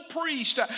priest